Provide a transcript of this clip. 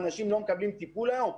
מה, אנשים לא מקבלים טיפול היום?